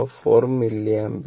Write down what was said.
04 milliampere